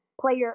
Player